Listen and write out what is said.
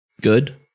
Good